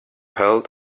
held